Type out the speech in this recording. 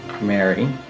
Mary